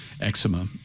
eczema